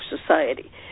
society